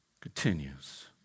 continues